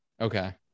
okay